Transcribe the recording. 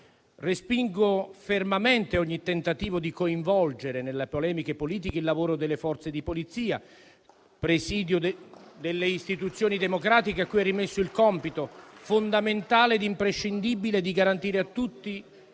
Respingo fermamente ogni tentativo di coinvolgere nelle polemiche politiche il lavoro delle Forze di polizia, presidio delle istituzioni democratiche a cui è rimesso il compito fondamentale ed imprescindibile di garantire a tutti,